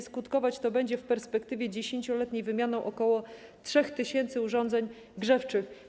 Skutkować to będzie w perspektywie 10-letniej wymianą ok. 300 tys. urządzeń grzewczych.